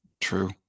True